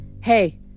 Hey